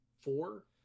four